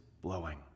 blowing